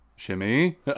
shimmy